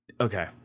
Okay